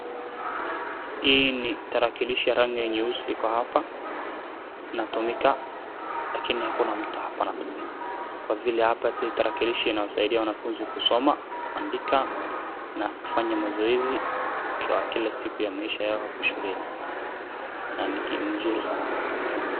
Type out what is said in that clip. Hii ni tarakilishi ya rangi ya nyeusi iko hapa, natumika, lakini hakuna mtu hapa anatumia. Kwa vile hapa ta, tarakilishi inawasaidia wanafunzi kusoma, kuandika, na kufanya mazoezi ya kila siku ya maisha yao hapo shuleni, na ni ki, mzuri sana.